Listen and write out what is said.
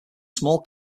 small